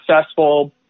successful